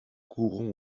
courons